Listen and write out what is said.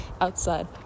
outside